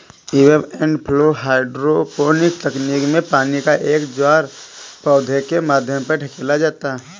ebb and flow hydroponic तकनीक में पानी का एक ज्वार पौधे के माध्यम पर धकेला जाता है